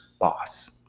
boss